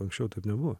anksčiau taip nebuvo